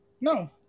No